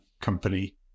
company